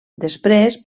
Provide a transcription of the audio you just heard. després